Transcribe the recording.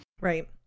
right